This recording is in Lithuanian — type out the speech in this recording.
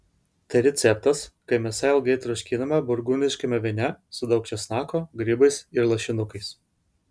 tai receptas kai mėsa ilgai troškinama burgundiškame vyne su daug česnako grybais ir lašinukais